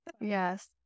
Yes